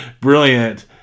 brilliant